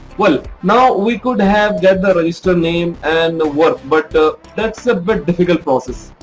well now we could have get the register name and work but that's a bit difficult process.